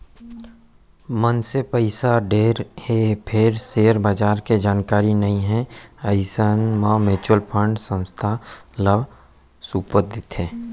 मनसे पइसा धरे हे फेर सेयर बजार के जानकारी नइ हे अइसन म म्युचुअल फंड संस्था ल सउप देथे